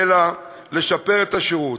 אלא לשפר את השירות.